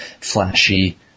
flashy